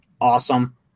awesome